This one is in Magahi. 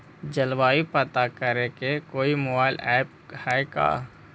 जलवायु पता करे के कोइ मोबाईल ऐप है का?